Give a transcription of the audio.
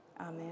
Amen